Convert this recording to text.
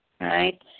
right